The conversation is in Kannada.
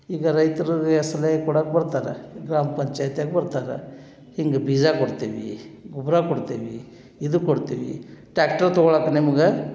ಈಗ ರೈತ್ರಿಗೆ ಸಲಹೆ ಕೊಡೋಕೆ ಬರ್ತಾರೆ ಗ್ರಾಮ ಪಂಚಾಯ್ತಿಯೋರ್ ಬರ್ತಾರೆ ಹಿಂಗೆ ಬೀಜ ಕೊಡ್ತೀವಿ ಗೊಬ್ಬರ ಕೊಡ್ತೀವಿ ಇದು ಕೊಡ್ತೀವಿ ಟ್ರ್ಯಾಕ್ಟ್ರ್ ತಗೊಳ್ಳೋಕೆ ನಿಮ್ಗೆ